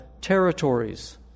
territories